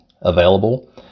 available